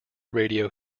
radio